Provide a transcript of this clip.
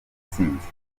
intsinzi